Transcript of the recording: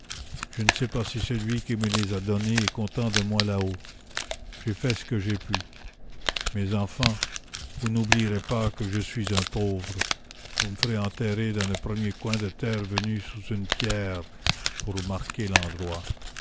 je ne sais pas si celui qui me les a donnés est content de moi là-haut j'ai fait ce que j'ai pu mes enfants vous n'oublierez pas que je suis un pauvre vous me ferez enterrer dans le premier coin de terre venu sous une pierre pour marquer l'endroit